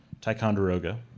Ticonderoga